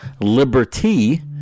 Liberty